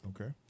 Okay